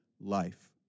life